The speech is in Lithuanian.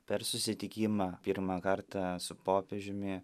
per susitikimą pirmą kartą su popiežiumi